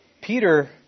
Peter